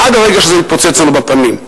עד הרגע שזה יתפוצץ לנו בפנים.